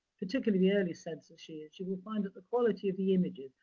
particularly the early census years, you will find that the quality of the images,